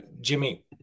Jimmy